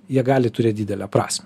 jie gali turėt didelę prasmę